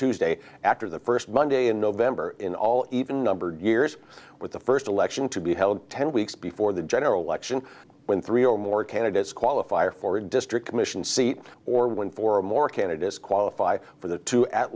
tuesday after the first monday in november in all even numbered years with the first election to be held ten weeks before the general election when three or more candidates qualifier for a district commission seat or when for a more candidates qualify for the two at